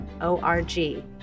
O-R-G